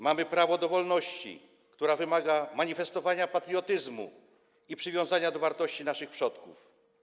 Mamy prawo do wolności, która wymaga manifestowania patriotyzmu i przywiązania do wartości naszych przodków.